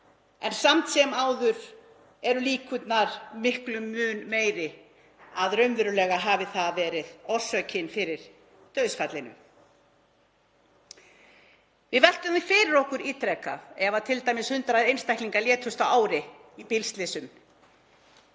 en samt sem áður eru líkurnar miklum mun meiri að raunverulega hafi það verið orsökin fyrir dauðsfallinu. Við veltum fyrir okkur ítrekað ef t.d. 100 einstaklingar létust á ári í bílslysum,